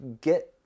get